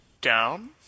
down